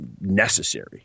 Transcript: necessary